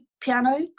piano